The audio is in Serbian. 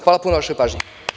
Hvala puno na vašoj pažnji.